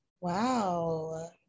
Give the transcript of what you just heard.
Wow